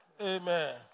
Amen